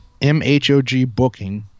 mhogbooking